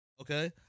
okay